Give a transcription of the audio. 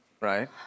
right